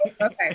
Okay